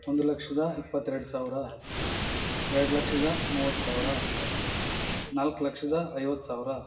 ಒಂದು ಲಕ್ಷದ ಇಪ್ಪತ್ತೆರಡು ಸಾವಿರ ಎರಡು ಲಕ್ಷದ ಮೂವತ್ತು ಸಾವಿರ ನಾಲ್ಕು ಲಕ್ಷದ ಐವತ್ತು ಸಾವಿರ